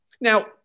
Now